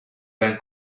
ben